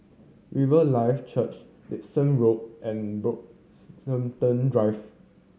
Riverlife Church Dickson Road and Brockhampton Drive